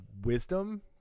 wisdom